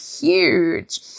huge